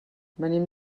venim